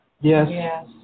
Yes